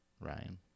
Ryan